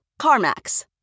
CarMax